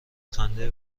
خنده